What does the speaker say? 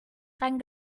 dran